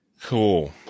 Cool